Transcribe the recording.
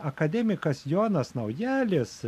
akademikas jonas naujalis